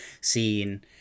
seen